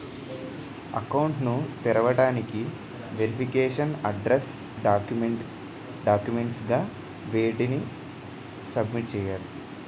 Account ను తెరవటానికి verification address documents గా వేటిని సబ్మిట్ చేయాలి?